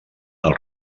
del